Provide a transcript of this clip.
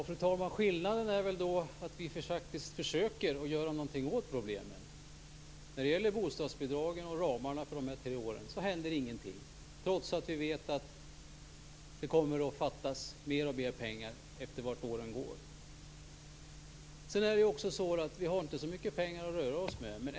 Fru talman! Skillnaden är väl att vi i Vänsterpartiet faktiskt försöker göra något åt problemen. När det gäller bostadsbidragen och ramarna för de här tre åren händer ingenting trots att vi vet att mer och mer pengar kommer att fattas allteftersom åren går. Vi har inte så mycket pengar att röra oss med.